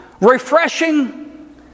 refreshing